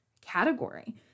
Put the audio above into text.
category